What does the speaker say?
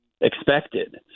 expected